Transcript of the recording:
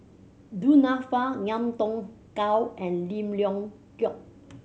Du Nanfa Ngiam Tong Dow and Lim Leong Geok